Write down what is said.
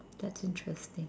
that's interesting